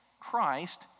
Christ